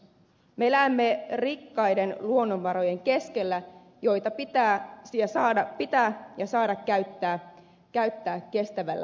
me elämme rikkaiden luonnonvarojen keskellä joita pitää saada käyttää kestävällä tavalla